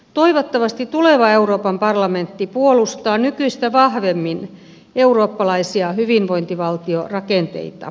toivottavasti tuleva euroopan parlamentti puolustaa nykyistä vahvemmin eurooppalaisia hyvinvointivaltiorakenteita